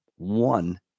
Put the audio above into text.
one